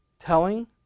Telling